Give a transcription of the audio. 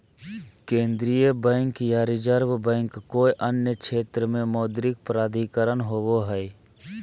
केन्द्रीय बैंक या reserve bank कोय अन्य क्षेत्र के मौद्रिक प्राधिकरण होवो हइ